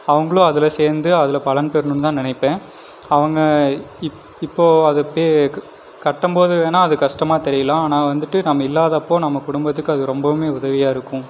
அவங்களும் அதில் சேர்ந்து அதில் பலன் பெறுணுன் தான் நினைப்பேன் அவங்க இ இப்போ அதுக்கு கட்டம்போது வேணா அது கஷ்டமாக தெரியலாம் ஆனால் வந்துவிட்டு நம்ம இல்லாதப்போ நம்ம குடும்பத்துக்கு அது ரொம்பவுமே உதவியாகருக்கும்